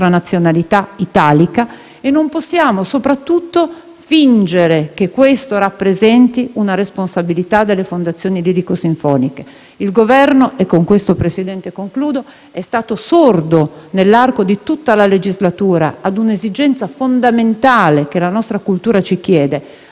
nazionalità italica e non possiamo soprattutto fingere che ciò rappresenti una responsabilità delle fondazioni lirico-sinfoniche. Il Governo è stato sordo nell'arco di tutta la legislatura ad un'esigenza fondamentale che la nostra cultura ci chiede,